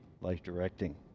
life-directing